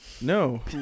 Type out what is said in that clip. No